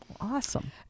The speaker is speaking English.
Awesome